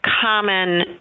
common